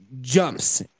jumps